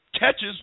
Catches